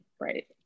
right